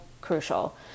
crucial